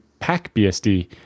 PackBSD